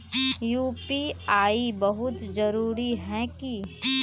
UPI बहुत जरूरी है की?